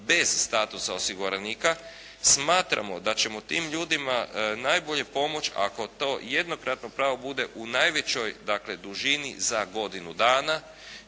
bez statusa osiguranika smatramo da ćemo tim ljudima najbolje pomoći ako to jednokratno pravo bude u najvećoj dakle dužini za godinu dana